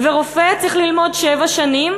ורופא צריך ללמוד שבע שנים,